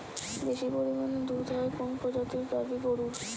বেশি পরিমানে দুধ হয় কোন প্রজাতির গাভি গরুর?